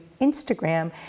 Instagram